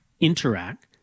Interact